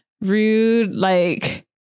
rude-like